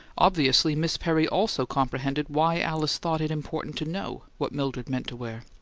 obviously miss perry also comprehended why alice thought it important to know what mildred meant to wear.